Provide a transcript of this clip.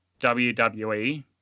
WWE